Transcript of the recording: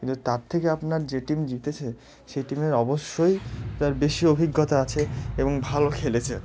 কিন্তু তার থেকে আপনার যে টিম জিতেছে সেই টিমের অবশ্যই তার বেশি অভিজ্ঞতা আছে এবং ভালো খেলেছে